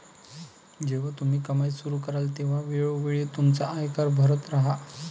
जेव्हा तुम्ही कमाई सुरू कराल तेव्हा वेळोवेळी तुमचा आयकर भरत राहा